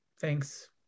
thanks